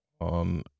on